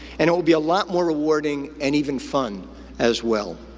and it will be a lot more rewarding and even fun as well.